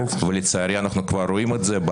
צערי אנחנו כבר רואים את זה,